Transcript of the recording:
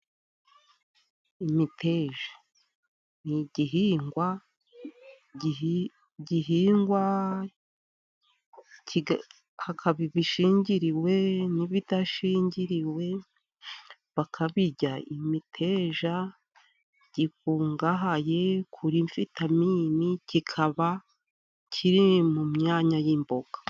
Imiteja ni igihingwa gihingwa hakaba ishingiriwe n'idashingiriwe bakabirya. Imiteja ikungahaye kuri vitamini ikaba iri mu myanya y'imboga.